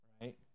right